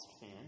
fan